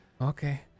okay